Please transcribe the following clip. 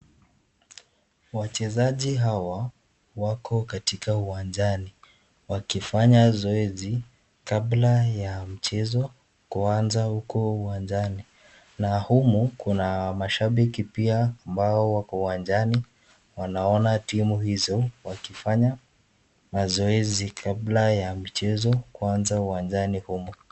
Wachezaji hawa wako katika uwanjani wakifanya zoezi kabla ya mchezo kuaza huku uwanjani na humu kuna mashambiki pia ambao wako uwanjani wanaona timu hizo wakifanya mazoezi kabla ya mchezo kuaza uwanjani humu.